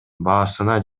баасына